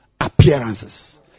appearances